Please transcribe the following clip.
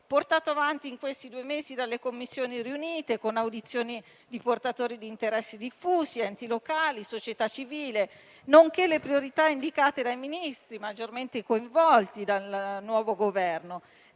portato avanti in questi due mesi dalle Commissioni riunite, con audizioni di portatori di interessi diffusi, enti locali e società civile, nonché le priorità indicate dai Ministri maggiormente coinvolti dal nuovo Governo.